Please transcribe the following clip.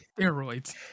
steroids